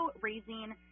raising